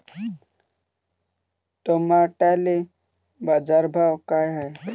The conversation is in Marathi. टमाट्याले बाजारभाव काय हाय?